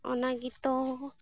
ᱚᱱᱟᱜᱮ ᱛᱚ